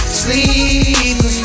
sleep